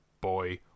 Boy